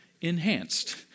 enhanced